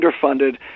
underfunded